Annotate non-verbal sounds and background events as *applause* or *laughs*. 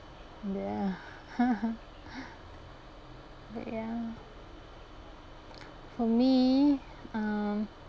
ya *laughs* ya for me um